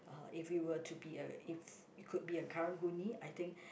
uh if you were to be a if you could be a Karang-Guni I think